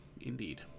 Indeed